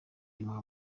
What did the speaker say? imuha